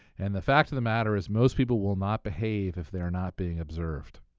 and the fact of the matter is most people will not behave if they're not being observed.